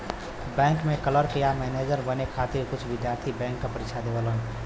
bank में clerk या manager बने खातिर कुछ विद्यार्थी बैंक क परीक्षा देवलन